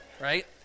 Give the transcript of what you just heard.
right